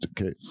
Okay